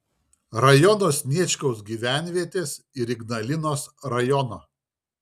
rajono sniečkaus gyvenvietės ir ignalinos rajono